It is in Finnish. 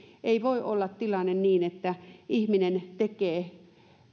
ei voi olla tilanne niin että vaikka ihminen tekee